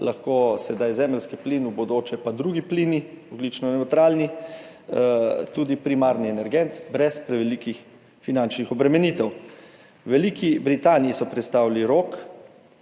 lahko sedaj zemeljski plin, v bodoče pa drugi ogljično nevtralni plini, tudi primarni energent brez prevelikih finančnih obremenitev. V Veliki Britaniji so prestavili rok,